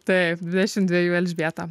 taip dvidešimt dvejų elžbieta